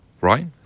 right